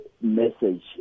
message